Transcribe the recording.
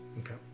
Okay